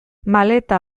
maleta